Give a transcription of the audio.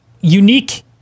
unique